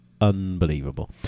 unbelievable